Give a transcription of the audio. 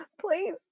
Please